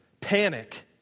panic